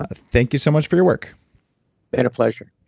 ah thank you so much for your work been a pleasure,